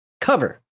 Cover